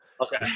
Okay